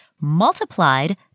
multiplied